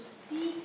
see